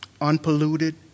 unpolluted